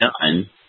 done